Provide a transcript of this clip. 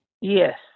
Yes